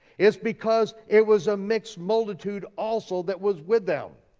it's because it was a mixed multitude also that was with them.